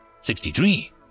Sixty-three